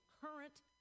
current